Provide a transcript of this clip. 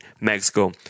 Mexico